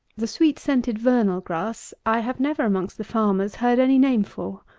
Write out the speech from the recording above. the sweet-scented vernal-grass i have never, amongst the farmers, heard any name for.